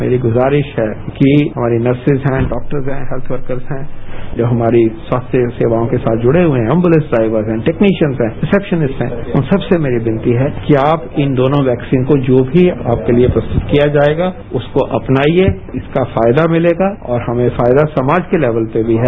मेरी गुजारिश है कि हमारी नर्सेस हैं बॉक्टर्स हैं हैत्थ वर्कर्स हैं जो हमारी स्वास्थ्य सेवाओं के साथ जुड़े हुए हैं एम्बुलेंस ड्राइवर्स हैं टेक्निशियन्स हैं रिसेपानिस्ट हैं उन सबसे मेरी विनती है कि आप इन दोनों वैक्सीन को जो भी आप के लिए प्रस्तुत किया जाएगा उसको अपनाइये उसका फायदा मिलेगा और हमें फायदा समाज के लेवल पर भी है